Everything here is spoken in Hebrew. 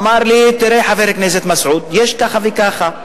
אמר לי: תראה, חבר הכנסת מסעוד, יש ככה וככה.